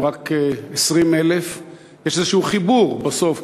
הם רק 20,000. יש איזשהו חיבור בסוף,